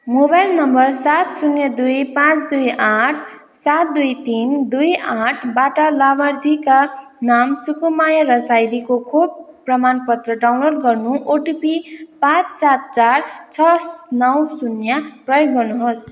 mobile number सात शून्य दुई पाचँ दुई आठ सात दुई तिन दुई आठबाट लाभार्थीका नाम सुकुमाया रसाइलीको खोप प्रमाणपत्र डाउनलोड गर्न ओटिपी पाचँ सात चार छ नौ शून्य प्रयोग गर्नुहोस्